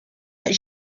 that